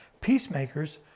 Peacemakers